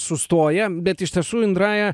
sustoję bet iš tiesų indraja